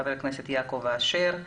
חבר הכנסת יעקב אשר,